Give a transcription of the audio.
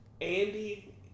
Andy